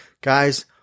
guys